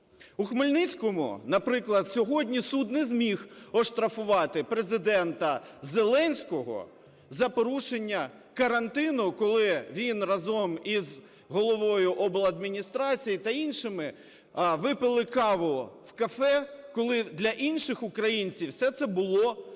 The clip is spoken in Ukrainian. У Хмельницькому, наприклад, сьогодні суд не зміг оштрафувати Президента Зеленського за порушення карантину, коли він разом із головою обладміністрації та іншими випили каву в кафе, коли для інших українців все це було недоступно.